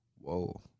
whoa